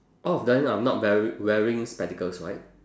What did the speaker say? all of them are not weari~ wearing spectacles right